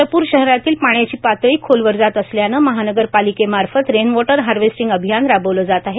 चंद्रपूर शहरातील पाण्याची पातळी खोलवर जात असल्यानं महानगर पालिकेमार्फत रेनवॉटर हार्वेस्टिंग अभियान राबविले जात आहे